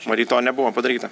matyt to nebuvo padaryta